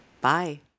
Bye